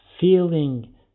feeling